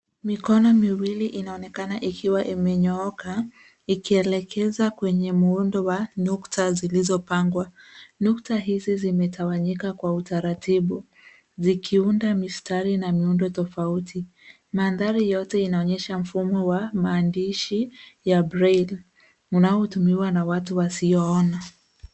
Mikono miwili inaonekana ikiwa imenyooka ikielekeza kwenye muundo wa nukta zilizopangwa. Nukta hizi zimetawanyika kwa utaratibu zikiunda mistari na miundo tofauti. Mandhari yote inaonyesha mfumo wa maandishi ya braille unaotumiwa na watu wasioona.